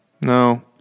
no